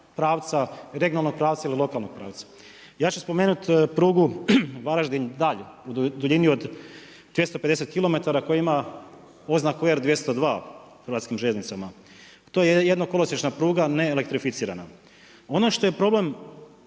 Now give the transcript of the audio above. pravca, regionalnog pravca ili lokalnog pravca. Ja ću spomenuti prugu Varaždin-Dalj u duljini od 250km koja ima oznaku R202 u HŽ-u. to je jedno kolosiječna pruga ne elektrificirana, ono što je problem